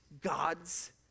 God's